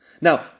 Now